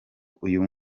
uyu